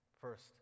First